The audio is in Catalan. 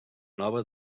nova